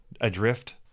adrift